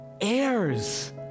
heirs